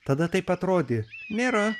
tada taip atrodė nėra